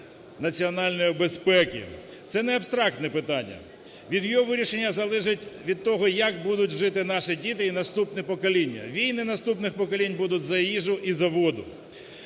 національної безпеки. Це не абстрактне питання. Від його вирішення залежить від того, як будуть жити наші діти і наступні покоління. Війни наступних поколінь будуть за їжу і за воду.